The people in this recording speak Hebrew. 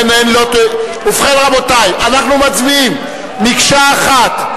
ובכן, רבותי, אנחנו מצביעים, מקשה אחת,